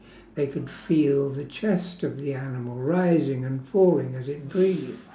they could feel the chest of the animal rising and falling as it breathes